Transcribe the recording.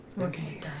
Okay